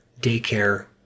daycare